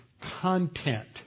content